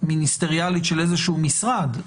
מיניסטריאלית של איזשהו משרד.